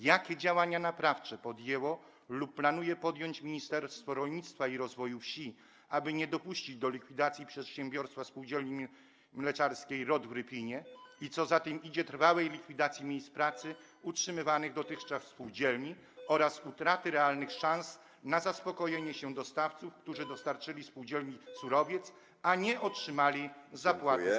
Jakie działania naprawcze podjęło lub planuje podjąć Ministerstwo Rolnictwa i Rozwoju Wsi, aby nie dopuścić do likwidacji przedsiębiorstwa ROTR Spółdzielni Mleczarskiej w Rypinie, i co za tym idzie, trwałej likwidacji miejsc pracy utrzymywanych dotychczas spółdzielni oraz utraty realnych szans na zaspokojenie dostawców, którzy dostarczyli spółdzielni surowiec, a nie otrzymali zapłaty za dostarczone mleko?